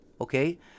Okay